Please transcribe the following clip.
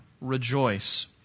rejoice